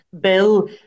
bill